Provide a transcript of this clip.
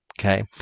Okay